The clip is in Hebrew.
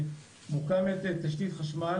כשמוקמת תשתית חשמל